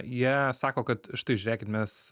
jie sako kad štai žiūrėkit mes